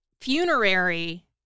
funerary